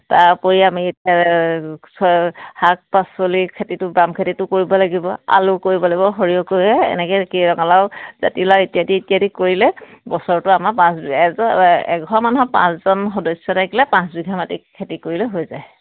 তাৰ উপৰি আমি এতিয়া শাক পাচলি খেতিটো বাম খেতিটো কৰিব লাগিব আলু কৰিব লাগিব সৰিয়হ কৰি এনেকৈ কি ৰঙালাও জাতিলাও ইত্যাদি ইত্যাদি কৰিলে বছৰটো আমাৰ পাঁচ এজন এঘৰ মানুহৰ পাঁচজন সদস্য থাকিলে পাঁচ বিঘা মাটিত খেতি কৰিলে হৈ যায়